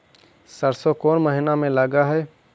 सरसों कोन महिना में लग है?